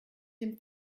dem